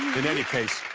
in any case,